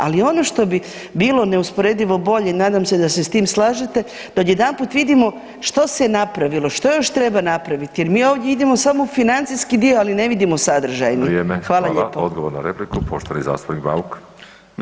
Ali ono što bi bilo neusporedivo bolje i nadam se da se s tim slažete, da odjedanput vidimo što se je napravilo, što još treba napraviti jer mi ovdje vidimo samo financijski dio, ali ne vidimo sadržaj [[Upadica Škoro: Vrijeme.]] Hvala lijepo.